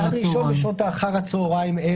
זה עד ראשון בשעות אחר הצהריים-ערב,